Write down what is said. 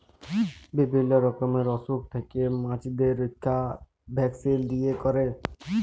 বিভিল্য রকমের অসুখ থেক্যে মাছদের রক্ষা ভ্যাকসিল দিয়ে ক্যরে